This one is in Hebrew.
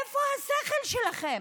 איפה השכל שלכם?